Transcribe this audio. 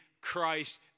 Christ